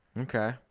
Okay